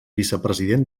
vicepresident